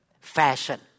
fashion